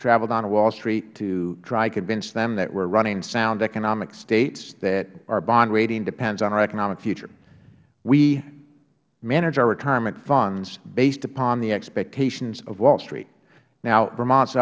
travel down to wall street to try and convince them that we are running sound economic states that our bond rating depends on our economic future we manage our retirement funds based upon the expectations of wall street now vermont